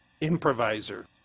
improviser